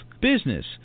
business